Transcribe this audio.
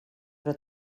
però